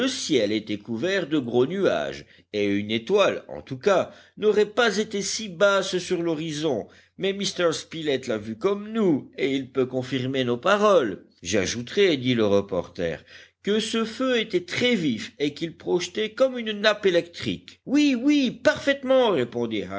le ciel était couvert de gros nuages et une étoile en tout cas n'aurait pas été si basse sur l'horizon mais m spilett l'a vu comme nous et il peut confirmer nos paroles j'ajouterai dit le reporter que ce feu était très vif et qu'il projetait comme une nappe électrique oui oui parfaitement